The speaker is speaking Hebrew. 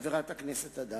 חברת הכנסת אדטו.